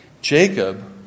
Jacob